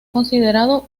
considerado